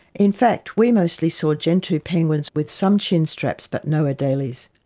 in fact we mostly saw gentoo penguins with some chinstraps but no adelies.